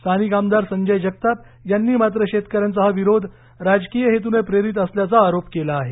स्थानिक आमदार संजय जगताप यांनी मात्र शेतकऱ्यांचा हा विरोध राजकीय हेतून प्रेरित असल्याचा आरोप केला आहे